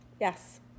Yes